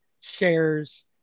shares